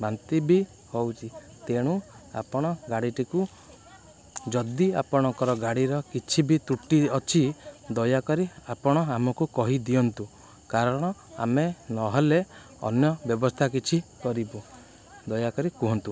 ବାନ୍ତି ବି ହେଉଛି ତେଣୁ ଆପଣ ଗାଡ଼ିଟିକୁ ଯଦି ଆପଣଙ୍କର ଗାଡ଼ିର କିଛି ବି ତ୍ରୁଟି ଅଛି ଦୟାକରି ଆପଣ ଆମକୁ କହିଦିଅନ୍ତୁ କାରଣ ଆମେ ନହେଲେ ଅନ୍ୟ ବ୍ୟବସ୍ଥା କିଛି କରିବୁ ଦୟାକରି କୁହନ୍ତୁ